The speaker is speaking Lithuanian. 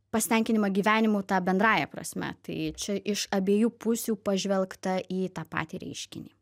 pasitenkinimą gyvenimu ta bendrąja prasme tai čia iš abiejų pusių pažvelgta į tą patį reiškinį